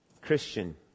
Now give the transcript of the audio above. Christian